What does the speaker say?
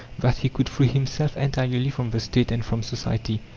that he could free himself entirely from the state and from society.